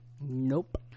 Nope